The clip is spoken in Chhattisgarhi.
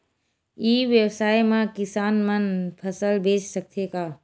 ई व्यवसाय म किसान मन फसल बेच सकथे का?